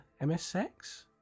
MSX